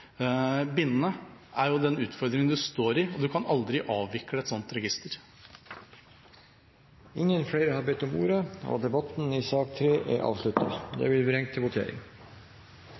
bindende? Det er jo den utfordringen man står i, og man kan aldri avvikle et sånt register. Flere har ikke bedt om ordet til sak nr. 3. Vi er da klare til å gå til votering